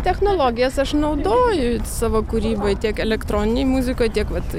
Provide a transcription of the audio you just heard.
technologijas aš naudoju savo kūryboj tiek elektroninėj muzikoj tiek vat